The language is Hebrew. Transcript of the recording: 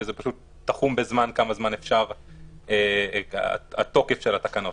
שזה תחום בזמן התוקף של התקנות,